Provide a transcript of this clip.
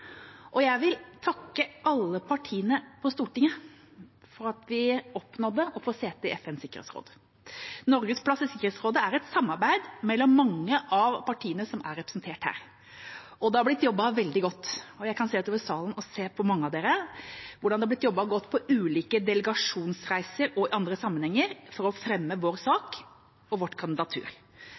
og norske interesser Jeg vil takke alle partiene på Stortinget for at vi oppnådde å få sete i FNs sikkerhetsråd. Norges plass i Sikkerhetsrådet er et samarbeid mellom mange av partiene som er representert her. Det har blitt jobbet veldig godt. Jeg kan se utover salen og se på mange av dere hvordan det har blitt jobbet godt på ulike delegasjonsreiser og i andre sammenhenger for å fremme vår sak og vårt kandidatur.